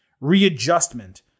readjustment